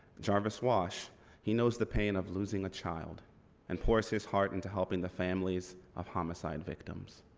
jarvis wash he knows the pain of losing a child and pours his heart into helping the families of homicide victims.